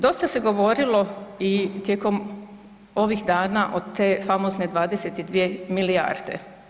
Dosta se govorilo i tijekom ovih dana o te famozne 22 milijarde.